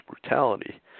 brutality